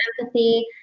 empathy